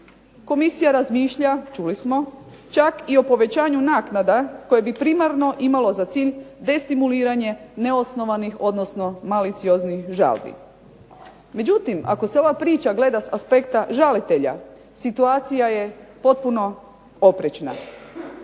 Komisija razmišlja čuli smo, čak i o povećanju naknada koje bi primarno imalo za cilj destimuliranje neosnovanih odnosno malicioznih žalbi. Međutim, ako se ova priča gleda s aspekta žalitelja, situacija je potpuno oprečna.